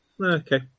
Okay